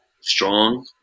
Strong